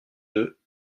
deux